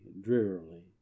drearily